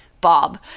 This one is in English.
Bob